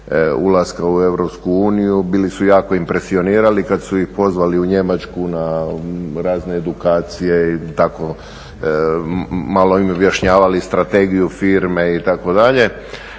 ulaska u EU, bili su jako impresionirani kada su ih pozvali u Njemačku na razne edukacije i tako malo im objašnjavali strategiju firme itd.